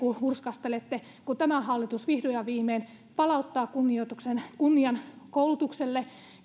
hurskastelette kun tämä hallitus vihdoin ja viimein palauttaa kunnian koulutukselle